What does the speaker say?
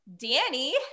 Danny